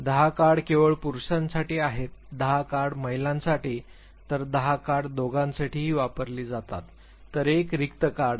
दहा कार्ड केवळ पुरुषांसाठी आहेत दहा कार्ड महिलांसाठी तर दहा कार्ड दोघांसाठीही वापरली जातात तर एक रिक्त कार्ड आहे